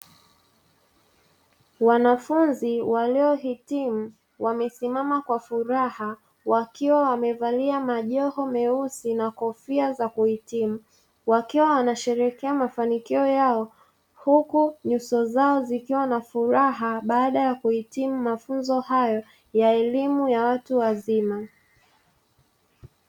Wanafunzi waliohitimu wamesimama kwa furaha wakiwa wamevalia majoho meusi na kofia za kuhitimu, wakiwa wanasherekea mafanikio yao huku nyuo zao zikiwa na furaha baada ya kuhitimu mafunzo hayo ya elimu ya watu wazima.